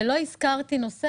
לא הזכרתי נושא,